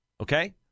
Okay